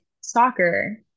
soccer